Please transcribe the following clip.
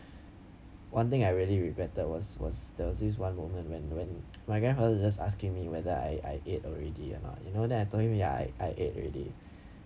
one thing I really regretted was was there was this one moment when when my grandfather is just asking me whether I I ate already or not yet you know then I told him ya I I ate already